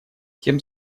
тем